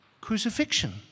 crucifixion